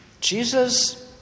Jesus